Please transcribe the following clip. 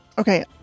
Okay